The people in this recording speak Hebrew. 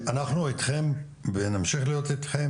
אנחנו אתכם ונמשיך להיות איתכם,